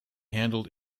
handled